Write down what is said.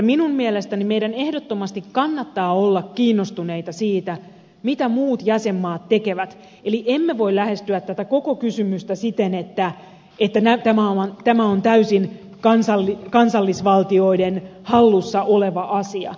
minun mielestäni meidän ehdottomasti kannattaa olla kiinnostuneita siitä mitä muut jäsenmaat tekevät eli emme voi lähestyä tätä koko kysymystä siten että tämä on täysin kansallisvaltioiden hallussa oleva asia